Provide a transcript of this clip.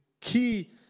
key